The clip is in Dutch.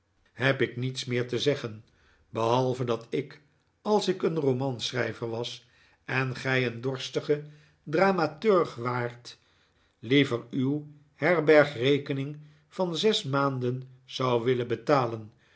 heb ik niets meer te zeggen behalve dat ik als ik een romanschrijver was en gij een dorstige dramaturg waart liever uw herbergrekening van zes maanden zou willen betalen